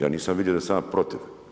Ja nisam vidio da sam ja protiv.